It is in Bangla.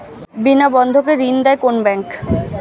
বিনা বন্ধকে ঋণ দেয় কোন ব্যাংক?